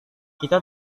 kita